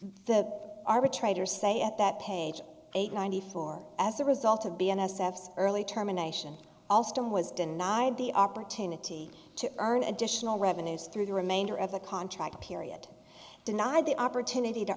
the arbitrator say at that page eight ninety four as a result of b n s f early terminations allston was denied the opportunity to earn additional revenues through the remainder of the contract period denied the opportunity to